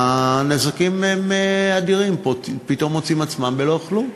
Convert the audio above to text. הנזקים הם אדירים, הם פתאום מוצאים עצמם ללא כלום.